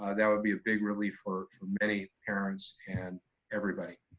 ah that would be a big relief for for many parents and everybody.